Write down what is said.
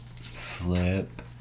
Flip